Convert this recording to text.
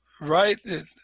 Right